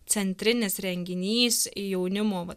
centrinis renginys jaunimo vat